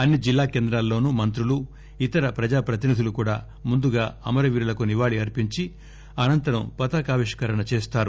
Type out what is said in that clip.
అన్ని జిల్లా కేంద్రాల్లోనూ మంత్రులు ఇతర ప్రజా ప్రతినిధులు కూడా ముందుగా అమరవీరులకు నివాళి అర్సించి అనంతరం పతాకావిష్కరణ చేస్తారు